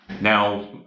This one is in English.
Now